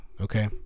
okay